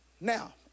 Now